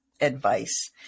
advice